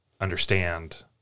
understand